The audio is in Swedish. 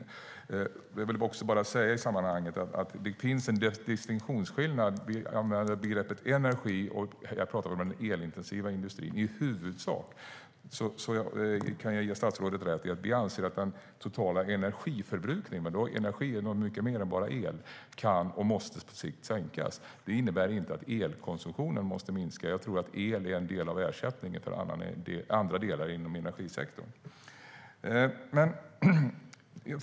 I sammanhanget vill jag också säga att det finns en distinktionsskillnad. Vi använder begreppet energi, och jag talar om den elintensiva industrin. I huvudsak kan jag ge statsrådet rätt i att den totala energiförbrukningen - då är energi mycket mer än bara el - kan och måste sänkas på sikt. Det innebär inte att elkonsumtionen måste minska. Jag tror att el är en del av ersättningen för andra delar inom energisektorn.